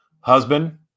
Husband